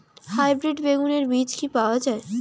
Hybrid বেগুনের বীজ কি পাওয়া য়ায়?